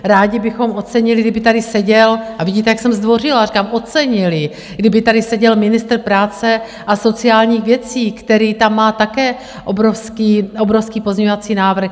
Rádi bychom ocenili, kdyby tady seděl a vidíte, jak jsem zdvořilá, říkám ocenili kdyby tady seděl ministr práce a sociálních věcí, který tam má také obrovský pozměňovací návrh.